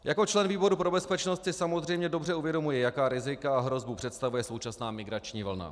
Jako člen výboru pro bezpečnost si samozřejmě dobře uvědomuji, jaká rizika a hrozbu představuje současná migrační vlna.